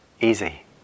easy